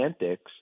antics